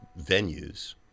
venues